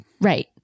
Right